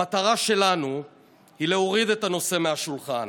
המטרה שלנו היא להוריד את הנושא מהשולחן.